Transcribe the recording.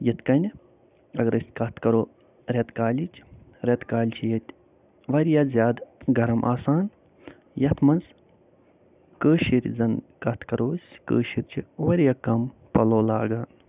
یِتھ کٔنہِ اگر أسۍ کَتھ کَرو رٮ۪تہٕ کالِچ رٮ۪تہٕ کالہِ چھِ ییٚتہِ وارِیاہ زیادٕ گرم آسان یَتھ منٛز کٲشِرۍ زن کتھ کَرو أسۍ کٲشِرۍ چھِ وارِیاہ کَم پَلَو لاگان